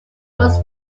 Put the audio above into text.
was